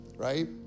Right